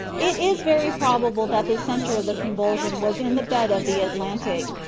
it is very probable that the centre of the convulsion was in the bed of the atlantic,